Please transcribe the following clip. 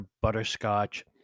butterscotch